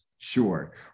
Sure